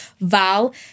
Val